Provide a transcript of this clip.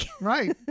Right